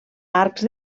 arcs